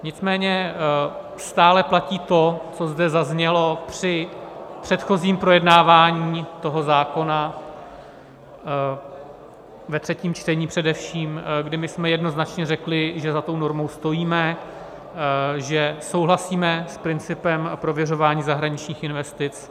Nicméně stále platí to, co zde zaznělo při předchozím projednávání toho zákona především ve třetím čtení, kdy my jsme jednoznačně řekli, že za tou normou stojíme, že souhlasíme s principem prověřování zahraničních investic.